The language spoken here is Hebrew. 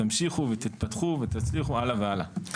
תמשיכו ותתפתחו ותצליחו הלאה והלאה.